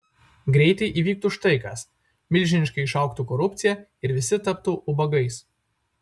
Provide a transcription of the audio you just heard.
greitai įvyktų štai kas milžiniškai išaugtų korupcija ir visi taptų ubagais